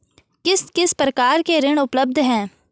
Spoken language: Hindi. किस किस प्रकार के ऋण उपलब्ध हैं?